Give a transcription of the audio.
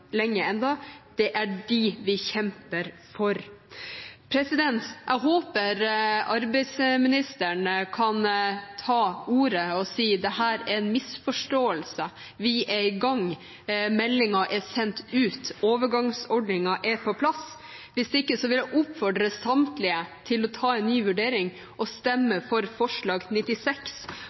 lenge ennå. Det er dem vi kjemper for. Jeg håper arbeidsministeren kan ta ordet og si at dette er en misforståelse, at vi er i gang, meldingen er sendt ut, overgangsordningen er på plass. Hvis ikke vil jeg oppfordre samtlige til å ta en ny vurdering og stemme for forslag nr. 96,